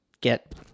get